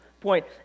point